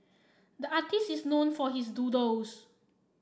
the artists is known for his doodles